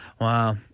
Wow